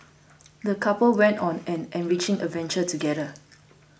the couple went on an enriching adventure together